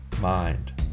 mind